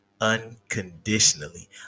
unconditionally